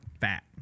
fat